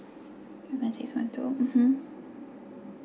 seven six one two mmhmm